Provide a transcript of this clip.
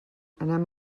anem